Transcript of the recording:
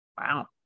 Wow